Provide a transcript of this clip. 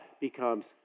becomes